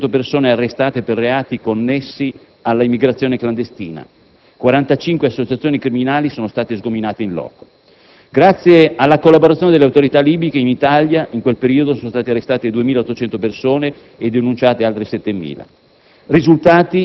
5.500 persone arrestate per reati connessi all'immigrazione clandestina, 45 associazioni criminali sgominate *in loco*. Grazie alla collaborazione delle autorità libiche, in Italia, in quel periodo, sono state arrestate 2.800 persone e denunciate altre 7.000.